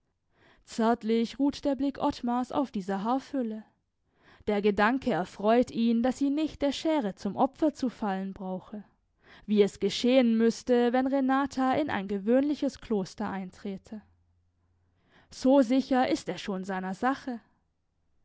zärtlich ruht der blick ottmars auf dieser haarfülle der gedanke erfreut ihn daß sie nicht der schere zum opfer zu fallen brauche wie es geschehen müßte wenn renata in ein gewöhnliches kloster einträte so sicher ist er schon seiner sache